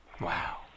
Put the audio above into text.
Wow